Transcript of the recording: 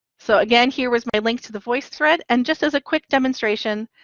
so again, here was my link to the voicethread, and just as a quick demonstration,